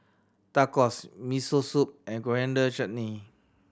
Tacos Miso Soup and Coriander Chutney